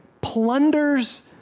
plunders